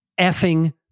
effing